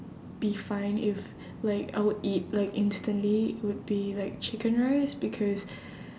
be fine if like I would eat like instantly it would be like chicken rice because